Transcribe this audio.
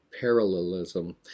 parallelism